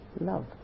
Love